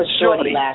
Shorty